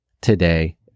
today